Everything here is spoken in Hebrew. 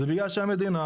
זה בגלל שהמדינה,